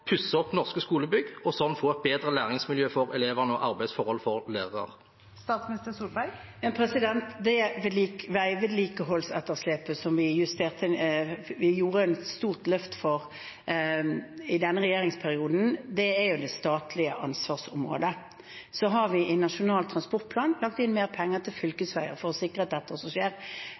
pusse opp norske skolebygg, og sånn få bedre læringsmiljø for elevene og arbeidsforhold for lærerne? Det veivedlikeholdsetterslepet som vi justerte – vi har tatt et stort løft i denne regjeringsperioden – er det statlige ansvarsområdet. Så har vi i Nasjonal transportplan lagt inn mer penger til fylkesveier for å sikre at dette også skjer.